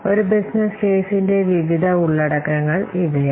ഒരു ബിസിനസ് കേസിന്റെ വിവിധ ഉള്ളടക്കങ്ങൾ ഇവയാണ്